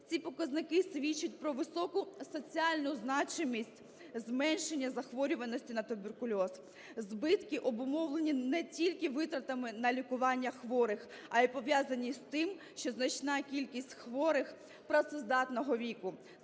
Ці показники свідчать про високу соціальну значимість зменшення захворюваності на туберкульоз, збитки обумовлені не тільки витратами на лікування хворих, а й пов'язані з тим, що значна кількість хворих працездатного віку –